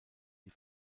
die